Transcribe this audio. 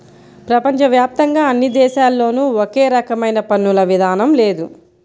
ప్రపంచ వ్యాప్తంగా అన్ని దేశాల్లోనూ ఒకే రకమైన పన్నుల విధానం లేదు